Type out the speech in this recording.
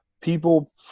people